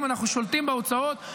אנחנו שולטים בהוצאות.